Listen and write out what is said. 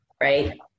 right